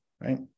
right